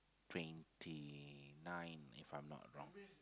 twenty nine if I'm not wrong